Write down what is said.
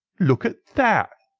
look at that!